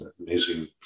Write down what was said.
amazing